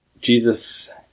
Jesus